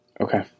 Okay